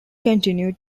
continued